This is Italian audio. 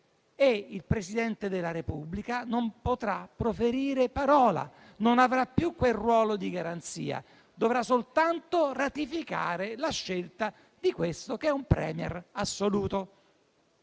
il Presidente della Repubblica non potrà proferire parola e non avrà più un ruolo di garanzia, ma dovrà soltanto ratificare la scelta di questo *Premier* assoluto.